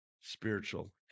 spiritual